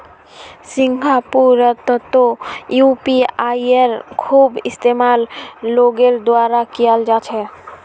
सिंगापुरतो यूपीआईयेर खूब इस्तेमाल लोगेर द्वारा कियाल जा छे